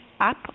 up